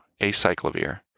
acyclovir